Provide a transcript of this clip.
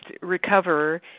recover